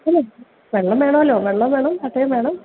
പിന്നെ വെള്ളം വേണമല്ലൊ വെള്ളം വേണം പട്ടയം വേണം